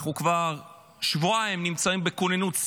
אנחנו כבר שבועיים נמצאים בכוננות שיא,